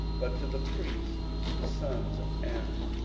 but to the priests the sons of aaron,